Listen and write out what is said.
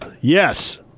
Yes